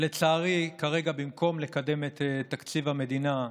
לצערי, כרגע במקום לקדם את תקציב המדינה,